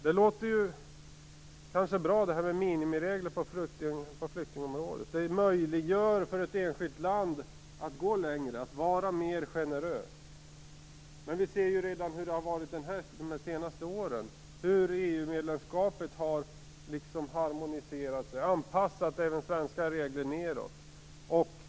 Det låter kanske bra med minimiregler på flyktingområdet. Det möjliggör för ett enskilt land att gå längre, att vara mer generöst. Men vi ser hur det har varit de senaste åren, hur EU-medlemskapet liksom har anpassat även svenska regler nedåt.